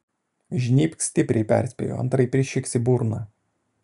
žnybk stipriai perspėjo antraip prišiks į burną